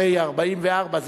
הרי 1944,